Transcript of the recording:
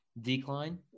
decline